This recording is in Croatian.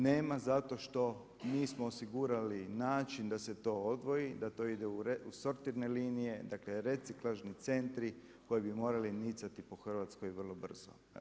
Nema zato što nismo osigurali način da se to odvoji, da to ide u sortirne linije, dakle reciklažni centri koji bi morali nicati po Hrvatskoj vrlo brzo.